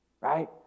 Right